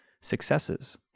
successes